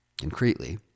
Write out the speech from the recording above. Concretely